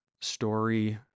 story